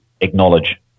acknowledge